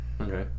Okay